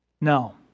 No